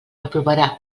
aprovarà